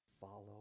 follow